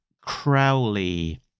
Crowley